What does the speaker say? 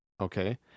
okay